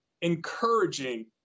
encouraging